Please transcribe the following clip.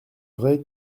vrai